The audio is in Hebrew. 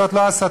זאת לא הסתה?